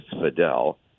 Fidel